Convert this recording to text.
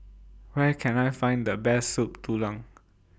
Where Can I Find The Best Soup Tulang